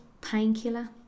painkiller